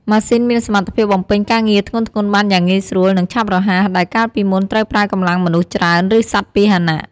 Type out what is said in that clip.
ម៉ាស៊ីនមានសមត្ថភាពបំពេញការងារធ្ងន់ៗបានយ៉ាងងាយស្រួល និងឆាប់រហ័ស ដែលកាលពីមុនត្រូវប្រើកម្លាំងមនុស្សច្រើន ឬសត្វពាហនៈ។